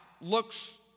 Looks